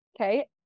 Okay